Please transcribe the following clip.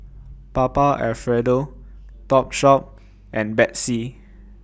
Papa Alfredo Topshop and Betsy